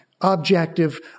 objective